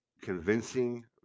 convincing